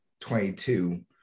22